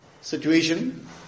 situation